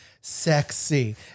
sexy